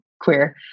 queer